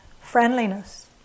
friendliness